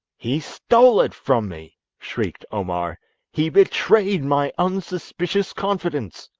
he stole it from me shrieked omar he betrayed my unsuspicious confidence